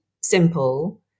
simple